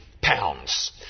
pounds